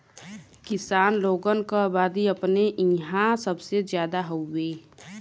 किसान लोगन क अबादी अपने इंहा सबसे जादा हउवे